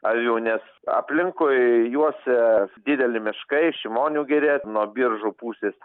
avių nes aplinkui juosia dideli miškai šimonių giria nuo biržų pusės